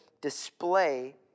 display